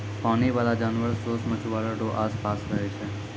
पानी बाला जानवर सोस मछुआरा रो आस पास रहै छै